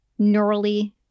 neurally